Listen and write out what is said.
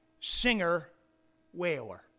singer-whaler